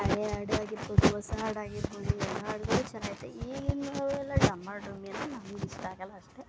ಹಳೆ ಹಾಡಾಗಿರ್ಬೋದು ಹೊಸ ಹಾಡಾಗಿರ್ಬೋದು ಎಲ್ಲ ಹಾಡ್ಗಳು ಚೆನ್ನಾಗಿರುತ್ತೆ ಈಗಿನವರೆಲ್ಲ ಡಮ್ಮ ಡುಮ್ಮಿ ಅಂದರೆ ನಮ್ಗೆ ಇಷ್ಟ ಆಗೋಲ್ಲ ಅಷ್ಟೇ